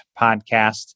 podcast